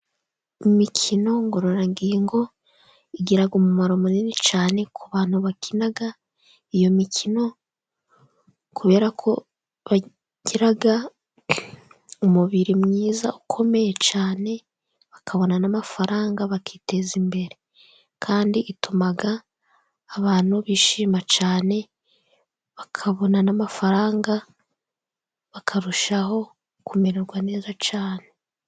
Imikino ngororangingo igira umumaro munini cyane ku bantu bakina iyo mikino, kuberako bagira umubiri mwiza ukomeye cyane bakabona n'amafaranga bakiteza imbere, kandi ituma abantu bishima cyane bakabona n'amafaranga bakarushaho kumererwa neza cyane.